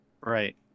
right